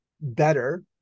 better